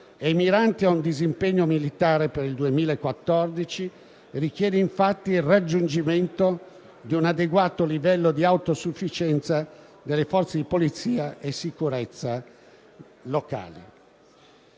mirante a un disimpegno militare per il 2014 richiede infatti il raggiungimento di un adeguato livello di autosufficienza delle forze di polizia e di sicurezza locali.